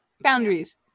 Boundaries